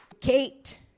Kate